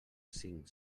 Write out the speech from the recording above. cinc